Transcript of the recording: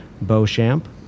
Beauchamp